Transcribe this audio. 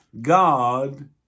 God